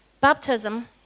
Baptism